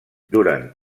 durant